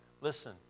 Listen